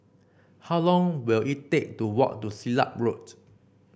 how long will it take to walk to Silat Road